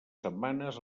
setmanes